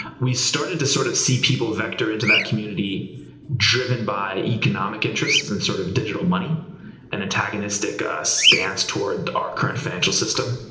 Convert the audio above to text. we started to sort of see people vector into the community driven by economic interests and sort of digital money and antagonistic ah stance towards our financial system.